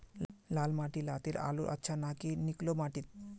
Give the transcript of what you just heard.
लाल माटी लात्तिर आलूर अच्छा ना की निकलो माटी त?